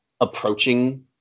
approaching